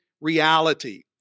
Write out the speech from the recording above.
reality